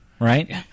right